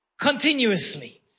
continuously